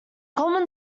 common